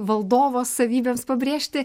valdovo savybėms pabrėžti